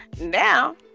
Now